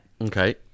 Okay